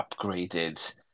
upgraded